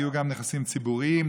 היו גם נכסים ציבוריים,